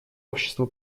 общество